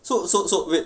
so so so so wait